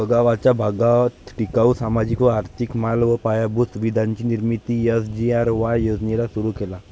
गगावाचा भागात टिकाऊ, सामाजिक व आर्थिक माल व पायाभूत सुविधांची निर्मिती एस.जी.आर.वाय योजनेला सुरु केला